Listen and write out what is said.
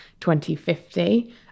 2050